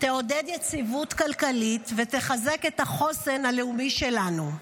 תעודד יציבות כלכלית ותחזק את החוסן הלאומי שלנו.